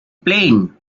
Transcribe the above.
plane